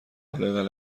حالا